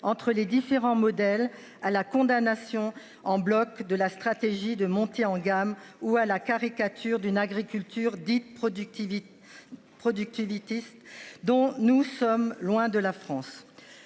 entre les différents modèles à la condamnation en bloc de la stratégie de montée en gamme ou à la caricature d'une agriculture dite productivité. Productivité, ce dont nous sommes loin de la France.